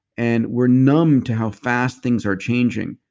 and we're numb to how fast things are changing.